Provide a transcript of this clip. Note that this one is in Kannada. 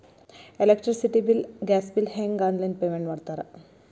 ಎಲೆಕ್ಟ್ರಿಸಿಟಿ ಬಿಲ್ ಗ್ಯಾಸ್ ಬಿಲ್ ಹೆಂಗ ಆನ್ಲೈನ್ ಪೇಮೆಂಟ್ ಮಾಡ್ತಾರಾ